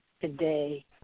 today